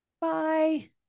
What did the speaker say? Bye